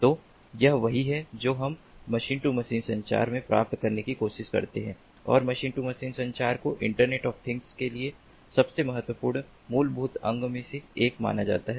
तो यह वही है जो हम मशीन टू मशीन संचार में प्राप्त करने की कोशिश करते हैं और मशीन टू मशीन संचार को इंटरनेट ऑफ थिंग्स के लिए सबसे महत्वपूर्ण मुलभुत अंग में से एक माना जाता है